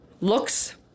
looks